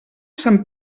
sant